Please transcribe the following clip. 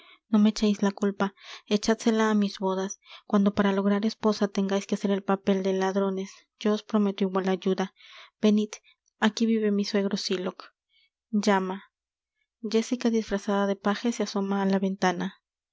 no me echeis la culpa echádsela á mis bodas cuando para lograr esposa tengais que hacer el papel de ladrones yo os prometo igual ayuda venid aquí vive mi suegro sylock llama jéssica disfrazada de paje se asoma á la ventana